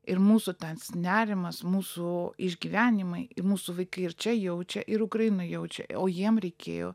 ir mūsų tas nerimas mūsų išgyvenimai ir mūsų vaikai ir čia jaučia ir ukrainoj jaučia o jiem reikėjo